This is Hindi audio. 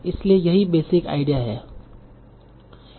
इसलिए यही बेसिक आईडिया है